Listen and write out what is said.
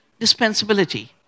dispensability